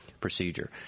procedure